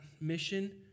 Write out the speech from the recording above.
mission